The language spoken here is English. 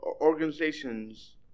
organizations